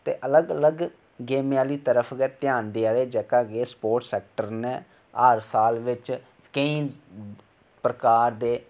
ते अलग अलग गेमे आहली तरफ ध्यान देआ दे जेहका के स्पोट्रस सेक्टर ना हर साल बिच्च केंई प्रकार दे